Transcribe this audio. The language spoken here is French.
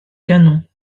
canon